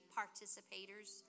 participators